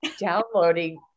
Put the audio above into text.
downloading